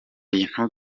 bintu